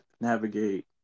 navigate